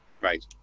Right